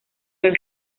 del